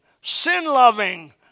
sin-loving